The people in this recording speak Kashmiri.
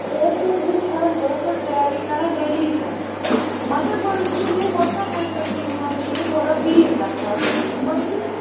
بہٕ حظ چھَس وچھان بہٕ حظ چھَس ڈیری کران ڈیلی چَک مگر مَنٛز چھُ مےٚ باسان ہینٛڈ رایٹِنٛگ مَنٛز چھُ یہِ تھوڑا ویٖک گَژھان مگر